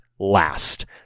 last